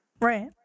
Right